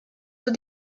eaux